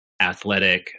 athletic